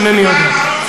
אינני יודע.